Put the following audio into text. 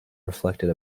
reflected